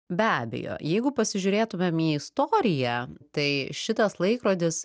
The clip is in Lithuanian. be abejo jeigu pasižiūrėtumėm į istoriją tai šitas laikrodis